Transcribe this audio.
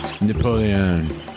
Napoleon